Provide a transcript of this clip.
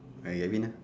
!aiya! you win lah